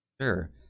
Sure